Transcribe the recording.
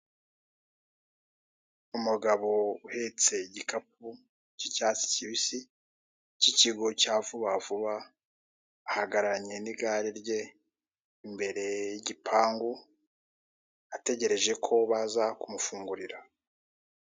Umugabo uhetse igikapu k'icyatsi kibisi k'ikigo cya vubavuba ahagararanye n'igare rye imbere y'igipangu ategereje ko baza kumufungurira.